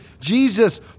Jesus